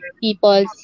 people